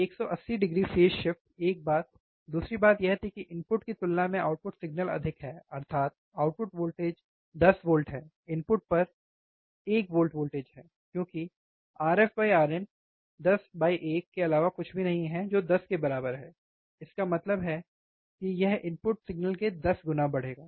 180 degree phase shift एक बात दूसरी बात यह थी कि इनपुट की तुलना में आउटपुट सिग्नल अधिक है अर्थात आउटपुट वोल्टेज 10 V है इनपुट पर वोल्टेज 1 V है क्योंकि RFRin 101 के अलावा कुछ भी नहीं है जो 10 के बराबर है इसका मतलब है कि यह इनपुट सिग्नल के 10 गुना बढ़ेगा